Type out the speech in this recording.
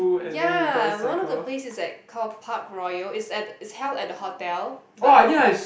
ya and one of the place is at Carl-Park-Royal it's at it's held at the hotel but